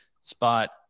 spot